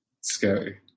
scary